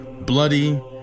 bloody